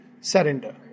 surrender